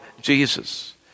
Jesus